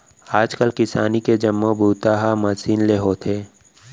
आज काल किसानी के जम्मो बूता ह मसीन ले होथे